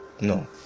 No